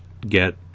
get